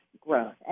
growth